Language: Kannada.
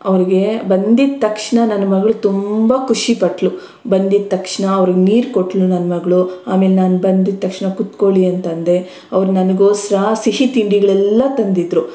ಅವ್ರಿಗೆ ಬಂದಿದ್ದ ತಕ್ಷಣ ನನ್ನ ಮಗಳು ತುಂಬ ಖುಷಿಪಟ್ಟಳು ಬಂದಿದ್ದ ತಕ್ಷಣ ಅವ್ರಿಗೆ ನೀರು ಕೊಟ್ಲು ನನ್ನ ಮಗಳು ಆಮೇಲೆ ನಾನು ಬಂದಿದ್ದ ತಕ್ಷಣ ಕುತ್ಕೊಳ್ಳಿ ಅಂತಂದೆ ಅವ್ರು ನನ್ಗೋಸ್ರ ಸಿಹಿ ತಿಂಡಿಗಳೆಲ್ಲ ತಂದಿದ್ದರು